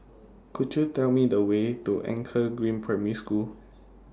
Could YOU Tell Me The Way to Anchor Green Primary School